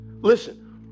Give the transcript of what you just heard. listen